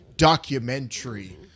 documentary